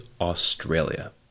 Australia